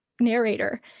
narrator